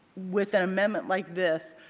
with an amendment like this,